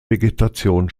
vegetation